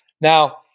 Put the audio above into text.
Now